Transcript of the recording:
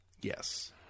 yes